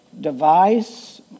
device